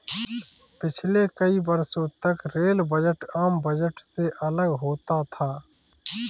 पिछले कई वर्षों तक रेल बजट आम बजट से अलग होता था